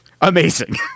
Amazing